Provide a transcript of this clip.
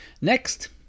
Next